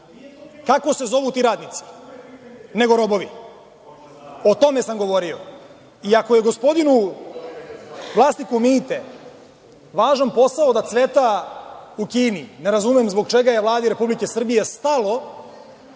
kako se zovu ti radnici nego robovi? O tome sam govorio. Ako je gospodinu vlasniku „Meite“ važan posao da cveta u Kini, ne razumem zbog čega je Vladi Republike Srbije stalo